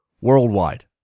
worldwide